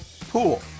pool